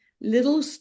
little